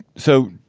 so,